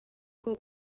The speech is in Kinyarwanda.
uko